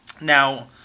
Now